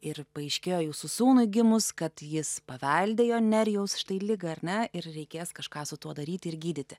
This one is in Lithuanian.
ir paaiškėjo jūsų sūnui gimus kad jis paveldėjo nerijaus štai ligą ar ne ir reikės kažką su tuo daryti ir gydyti